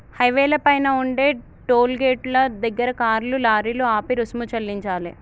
హైవేల పైన ఉండే టోలు గేటుల దగ్గర కార్లు, లారీలు ఆపి రుసుము చెల్లించాలే